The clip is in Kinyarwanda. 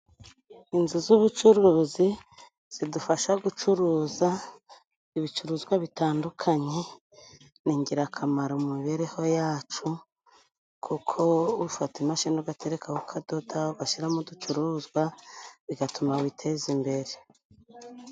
Inzu z'ubucuruzi zidufasha gucuruza ibicuruzwa bitandukanye ni ingirakamaro mu mibereho yacu, kuko ufata imashini ugatekaho ukadoda ugashyiramo uducuruzwa bigatuma witeza imbere.